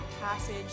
passage